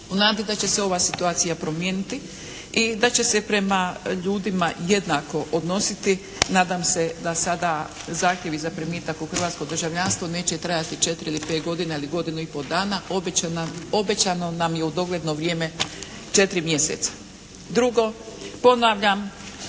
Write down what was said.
U nadi da će se ova situacija promijeniti i da će se prema ljudima jednako odnositi nadam se da sada zahtjevi za primitak u hrvatsko državljanstvo neće trajati četiri ili pet godina ili godinu i pol dana, obećano nam je u dogledno vrijeme četiri mjeseca. Drugo ponavljam,